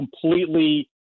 completely